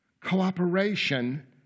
Cooperation